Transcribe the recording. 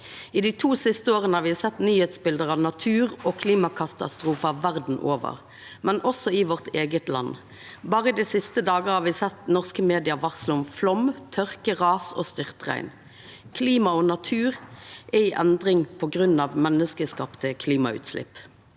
Dei to siste åra har me sett nyheitsbilde av naturog klimakatastrofar verda over og også i vårt eige land. Berre dei siste dagane har me sett norske medium varsla om flaum, tørke, ras og styrtregn. Klima og natur er i endring på grunn av menneskeskapte klimautslepp.